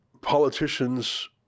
politicians